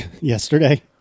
Yesterday